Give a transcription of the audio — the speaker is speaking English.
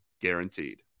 guaranteed